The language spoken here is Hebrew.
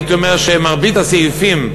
הייתי אומר שמרבית הסעיפים,